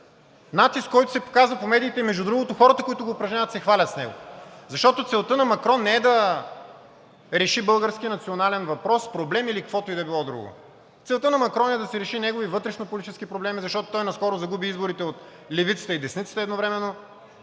натиск, който се показва по медиите. Между другото, хората, които го упражняват, се хвалят с него, защото целта на Макрон не е да реши българския национален въпрос, проблем или каквото и да било друго. Целта на Макрон е да си реши негови вътрешнополитически проблеми, защото той наскоро загуби изборите от левицата и десницата едновременно,